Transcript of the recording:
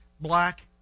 black